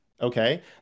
okay